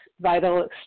vital